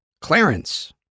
Clarence